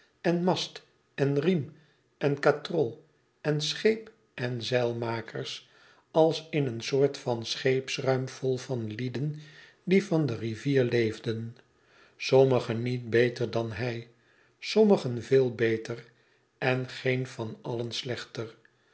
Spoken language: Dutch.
en masten riem en katrol en scheep en zeilmakers als in een soort van scheepsruim vol van lieden die van de rivier leefden sommigen niet beter dan hij sommigen veel beter en geen van allen slechter